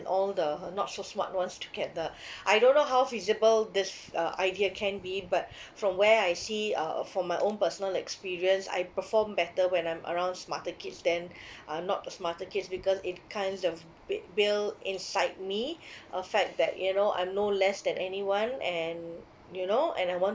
all the not so smart ones together I don't know how feasible this uh idea can be but from where I see uh from my own personal experience I perform better when I'm around smarter kids than I'm not smarter kids because it kinds of build build inside me a fact that you know I'm no less than anyone and you know and I want